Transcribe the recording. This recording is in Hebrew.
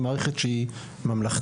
היא מערכת שהיא ממלכתית.